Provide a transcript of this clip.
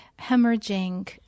hemorrhaging